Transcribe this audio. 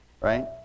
right